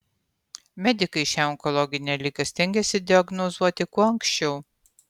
medikai šią onkologinę ligą stengiasi diagnozuoti kuo anksčiau